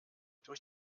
durch